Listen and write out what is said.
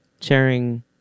sharing